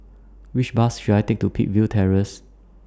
Which Bus should I Take to Peakville Terrace